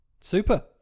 super